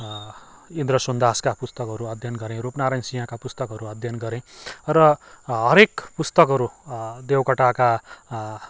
इन्द्र सुन्दास का पुस्तकहरू अध्ययन गरेँ रूपनारायण सिंहका पुस्तकहरू अध्ययन गरेँ र हरेक पुस्तकहरू देवकोटाका